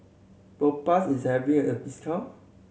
Propass is having a discount